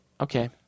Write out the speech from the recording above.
Okay